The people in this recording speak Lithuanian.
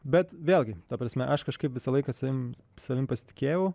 bet vėlgi ta prasme aš kažkaip visą laiką savim savim pasitikėjau